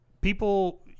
people